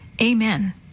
Amen